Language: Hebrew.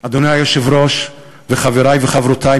אדוני היושב-ראש וחברי וחברותי,